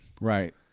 Right